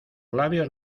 labios